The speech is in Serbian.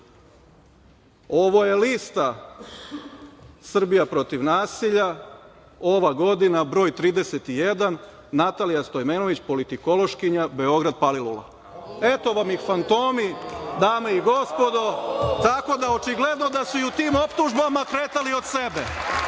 je lista „Srbija protiv nasilja“, ova godina, broj 31, Natalija Stoimenović, politikološkinja, Beograd, Palilula. Eto vam ih fantomi, dame i gospodo, tako da očigledno da su u tim optužbama kretali od sebe,